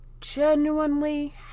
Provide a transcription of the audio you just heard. genuinely